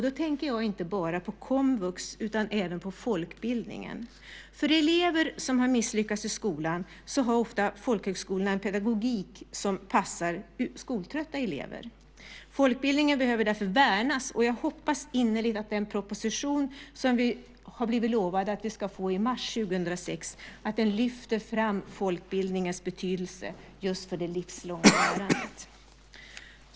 Då tänker jag inte bara på komvux utan även på folkbildningen. För elever som misslyckats i skolan har ofta folkhögskolorna en pedagogik som passar skoltrötta elever. Folkbildningen behöver därför värnas. Jag hoppas innerligt att den proposition som vi blivit lovade att få i mars 2006 lyfter fram folkbildningens betydelse för det livslånga lärandet.